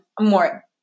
more